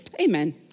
Amen